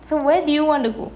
so where do you want to go